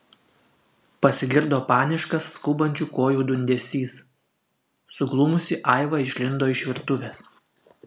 pasigirdo paniškas skubančių kojų dundesys suglumusi aiva išlindo iš virtuvės